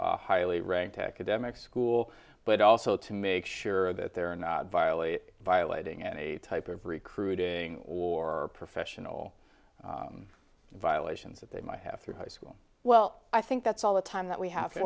a highly ranked academic school but also to make sure that they're not violate violating any type of recruiting or professional violations that they might have through high school well i think that's all the time that we have